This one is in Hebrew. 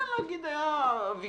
תגידו: היה ויכוח,